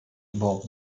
überhaupt